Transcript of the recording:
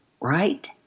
right